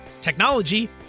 technology